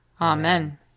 Amen